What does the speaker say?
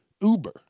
Uber